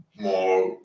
more